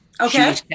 Okay